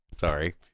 Sorry